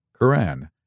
Quran